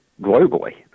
globally